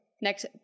next